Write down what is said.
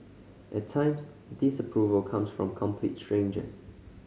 at times disapproval comes from complete strangers